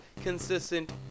consistent